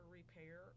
repair